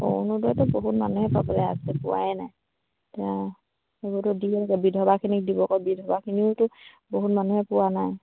অৰুণোদয়তো বহুত মানুহে পাবলৈ আছে পোৱাই নাই এতিয়া সেইবোৰতো দিয়ে বিধৱাখিনিক দিব কয় বিধৱাখিনিওতো বহুত মানুহে পোৱা নাই